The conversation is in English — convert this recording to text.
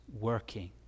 working